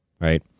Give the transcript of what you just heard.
Right